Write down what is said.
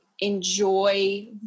enjoy